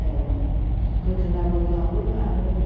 दाउआ गोदोनाबो गाबो आरो